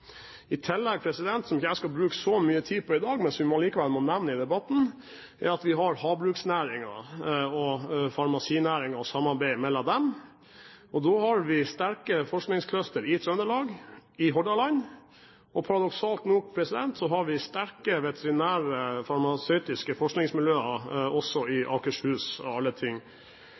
I tillegg – som jeg ikke skal bruke så mye tid på i dag, men som vi likevel må nevne i debatten – har vi havbruksnæringen og farmasinæringen og samarbeidet mellom dem. Vi har sterke forskningsclustere i Trøndelag og i Hordaland. Paradoksalt nok har vi sterke veterinære farmasøytiske forskningsmiljøer i Akershus, av alle ting.